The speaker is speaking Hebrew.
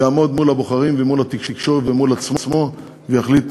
יעמוד מול הבוחרים ומול התקשורת ומול עצמו ויחליט